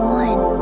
one